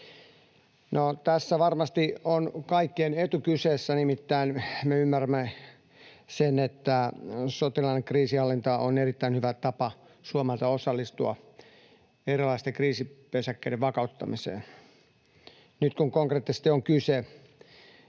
tässä varmasti on kaikkien etu kyseessä, nimittäin me ymmärrämme sen, että sotilaallinen kriisinhallinta on erittäin hyvä tapa Suomelta osallistua erilaisten kriisipesäkkeiden vakauttamiseen. Nyt kun konkreettisesti on kyse